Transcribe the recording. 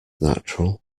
natural